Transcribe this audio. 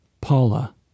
Paula